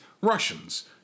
Russians